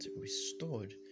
restored